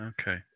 okay